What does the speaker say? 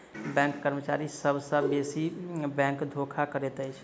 bank कर्मचारी सभ सॅ बेसी बैंक धोखा करैत अछि